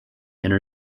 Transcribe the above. inner